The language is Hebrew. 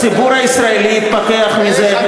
הציבור הישראלי התפכח מזה,